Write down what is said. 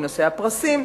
בנושא הפרסים,